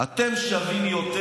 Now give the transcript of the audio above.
אתם שווים יותר,